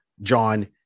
John